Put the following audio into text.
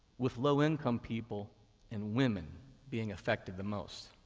with low-income people and women being affected the most.